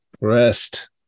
rest